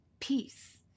peace